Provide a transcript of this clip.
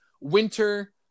winter